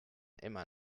immer